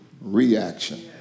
reaction